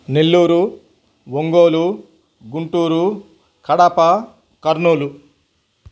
Nellore Ongole Guntur Kadapa Kurnool